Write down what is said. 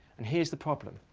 and here's the problem